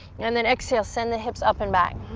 and then exhale, send the hips up and back.